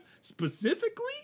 specifically